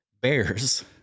bears